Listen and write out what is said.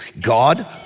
God